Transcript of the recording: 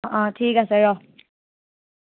অ ঠিক আছে ৰ